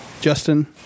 Justin